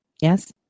Yes